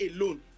alone